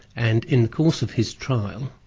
and in the course of his trial,